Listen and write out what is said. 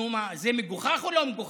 נו, מה, זה מגוחך או לא מגוחך?